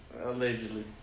Allegedly